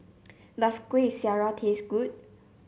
does Kuih Syara taste good